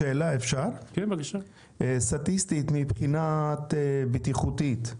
סטטיסטית מבחינה בטיחותית,